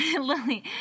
Lily